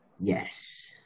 Yes